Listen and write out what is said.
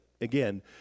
again